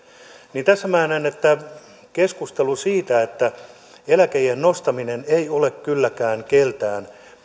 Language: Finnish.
tässä minä näen että keskustelu eläkeiän nostamisesta ei ole kylläkään keltään